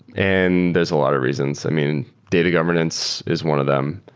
and there's a lot of reasons. i mean, data governance is one of them.